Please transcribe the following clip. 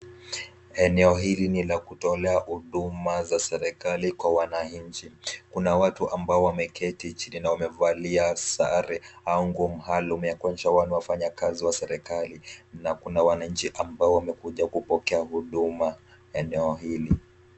Eneo hili ni la kutolea huduma za serikali kwa wananchi, kuna watu ambao wameketi chini na wamevalia sare au nguo maalum kuonyesha ni wafanyikazi wa serikali na kuna wananchi ambao wamekuja kupokea huduma eneo hili.